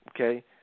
Okay